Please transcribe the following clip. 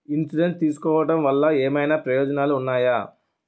Insurance తీసుకోవటం వల్ల ఏమైనా ప్రయోజనాలు ఉన్నాయా?